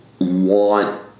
want